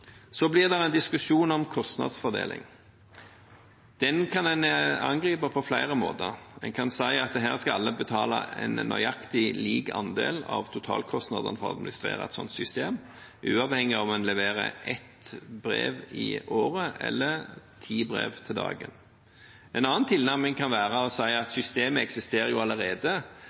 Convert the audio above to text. Så blir det en diskusjon om kostnadsfordeling. Den kan en angripe på flere måter. En kan si at her skal alle betale en nøyaktig lik andel av totalkostnadene ved å administrere et sånt system, uavhengig av om en leverer et brev i året eller ti brev per dag. En annen tilnærming kan være å si at systemet eksisterer jo allerede,